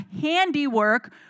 handiwork